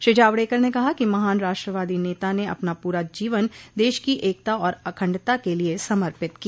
श्री जावडेकर ने कहा कि महान राष्ट्रवादी नेता ने अपना पूरा जीवन देश की एकता और अखंडता के लिए समर्पित किया